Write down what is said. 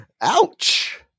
ouch